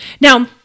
Now